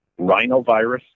rhinovirus